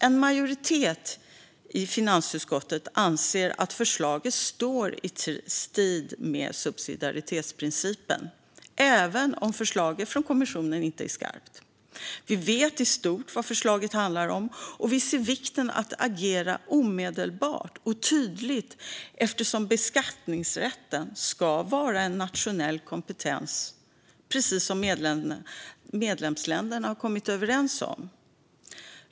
En majoritet i finansutskottet anser att förslaget står i strid med subsidiaritetsprincipen, även om förslaget från kommissionen inte är skarpt. Vi vet i stort vad förslaget handlar om, och vi ser vikten av att agera omedelbart och tydligt eftersom beskattningsrätten ska vara en nationell kompetens, precis som medlemsländerna kommit överens om.